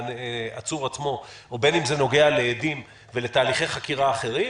לעצור עצמו או בין אם זה נוגע לעדים ולתהליכי חקירה אחרים.